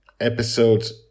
episodes